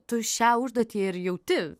tu šią užduotį ir jauti